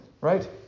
right